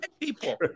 people